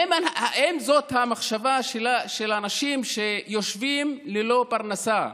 האם זאת המחשבה של האנשים שיושבים ללא פרנסה?